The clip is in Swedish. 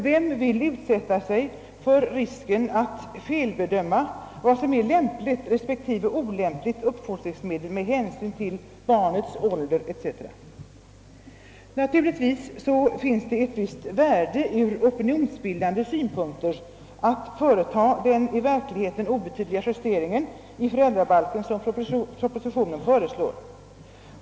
Vem vill utsätta sig för risken att felbedöma vad som är lämpligt respektive olämpligt uppfostringsmedel med hänsyn till barnets ålder etc.? Naturligtvis finns det ur opinionsbildande synpunkt ett visst värde med den i verkligheten obetydliga justering i föräldrabalken som propositionen föreslår.